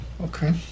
Okay